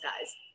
guys